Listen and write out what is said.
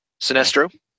Sinestro